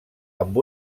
amb